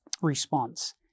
Response